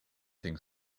think